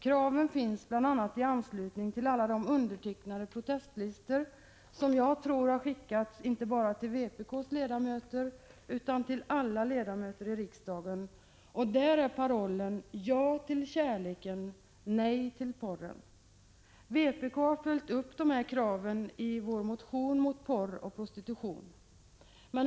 Kraven finns bl.a. i anslutning till alla de undertecknade protestlistor, som jag tror har skickats inte bara till vpk:s ledamöter utan till alla ledamöter i riksdagen, där parollen är Ja till kärleken — Nej till porren. Vpk har följt upp dessa krav i vår motion mot porr och prostitution.